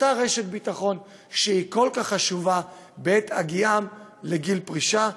אותה רשת ביטחון שהיא כל כך חשובה בעת הגיעם לגיל פרישה.